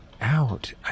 out